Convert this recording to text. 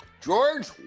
George